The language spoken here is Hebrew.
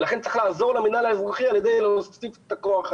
לכן צריך לעזור למינהל האזרחי בהוספת כוח אדם.